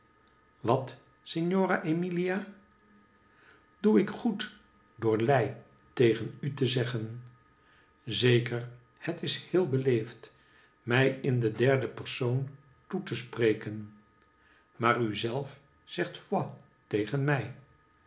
wat signora emilia doe ik goed door lei tegen u te zeggen zeker het is heel beleefd mij in de derde persoon toe te spreken maar uzelf zegt vol tegen mij